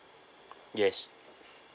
yes